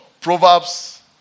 Proverbs